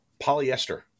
polyester